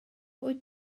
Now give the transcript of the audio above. wyt